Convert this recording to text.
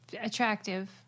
Attractive